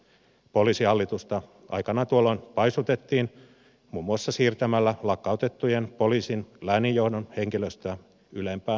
poliisihallitusta tuolloin aikanaan paisutettiin muun muassa siirtämällä lakkautettujen poliisin lääninjohtojen henkilöstöä ylempään hallintoon